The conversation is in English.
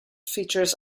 features